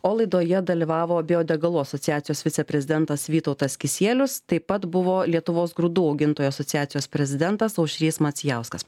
o laidoje dalyvavo biodegalų asociacijos viceprezidentas vytautas kisielius taip pat buvo lietuvos grūdų augintojų asociacijos prezidentas aušrys macijauskas